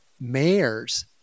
mayors